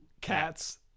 cats